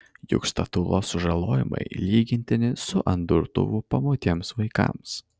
juk statulos sužalojimai lygintini su ant durtuvų pamautiems vaikams